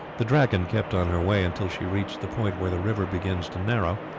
the dragon kept on her way until she reached the point where the river begins to narrow,